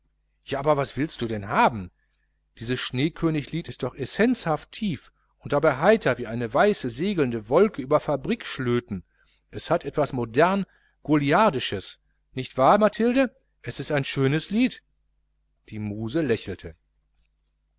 aber was willst du denn haben dieses schneeköniglied ist doch essenzhaft tief und dabei heiter wie eine weiße segelnde wolke über fabrikschlöten es hat etwas modern goliardisches nicht wahr mathilde es ist ein schönes lied die muse lächelte